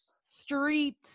street